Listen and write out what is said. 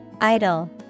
Idle